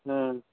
हँ